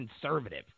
conservative